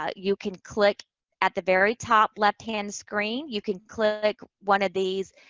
ah you can click at the very top left hand screen, you can click one of these,